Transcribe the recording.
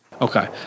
Okay